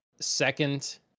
second